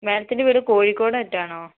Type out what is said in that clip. മേഡത്തിന്റെ വീട് കോഴിക്കോടോമറ്റോ ആണോ